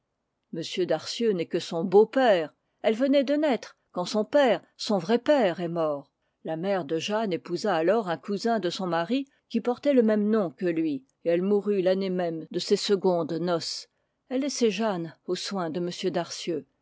m darcieux n'est que son beau-père elle venait de naître quand son père son vrai père est mort la mère de jeanne épousa alors un cousin de son mari qui portait le même nom que lui et elle mourut l'année même de ses secondes noces elle laissait jeanne aux soins de